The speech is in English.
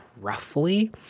roughly